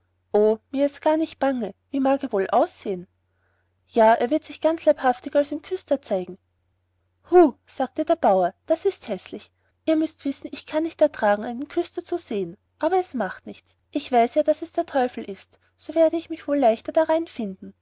mir ist gar nicht bange wie mag er wohl aussehen ja er wird sich ganz leibhaftig als ein küster zeigen hu sagte der bauer daß ist häßlich ihr müßt wissen ich kann nicht ertragen einen küster zu sehen aber es macht nichts ich weiß ja daß es der teufel ist so werde ich mich wohl leichter darein finden